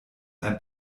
ein